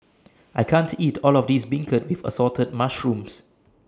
I can't eat All of This Beancurd with Assorted Mushrooms